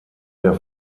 der